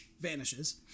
vanishes